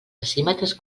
decímetres